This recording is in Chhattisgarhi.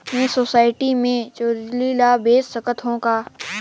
मैं सोसायटी मे जोंदरी ला बेच सकत हो का?